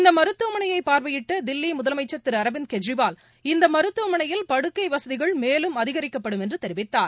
இந்தமருத்துவமனையைபார்வையிட்டதில்லிமுதலமைச்சர் கெற்ரிவால் இந்தமருத்துவமனையில் படுக்கைவசதிகள் மேலும் அதிகரிக்கப்படும் என்றுதெரிவித்தார்